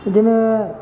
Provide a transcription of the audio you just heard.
बिदिनो